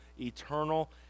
eternal